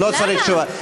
לא צריך תשובה.